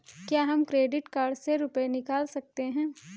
क्या हम credit card से रुपये निकाल सकते हैं?